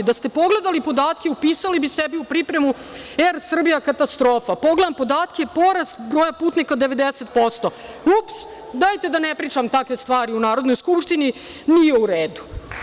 Da ste pogledali podatke, upisali bi sebi u pripremu – „Er Srbija“ katastrofa, pogledam podatke, porast broja putnika 90%; ups, dajte da ne pričam takve stvari u Narodnoj skupštini, nije u redu.